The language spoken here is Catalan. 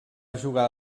jugar